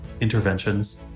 interventions